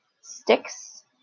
sticks